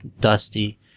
dusty